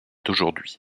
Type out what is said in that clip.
d’aujourd’hui